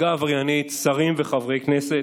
הנהגה עבריינית, שרים וחברי כנסת,